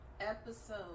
episode